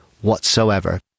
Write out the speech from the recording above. whatsoever